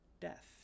death